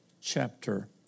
chapter